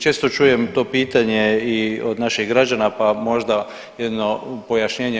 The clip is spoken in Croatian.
Često čujem to pitanje i od naših građana pa možda jedno pojašnjenje.